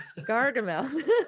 Gargamel